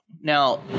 now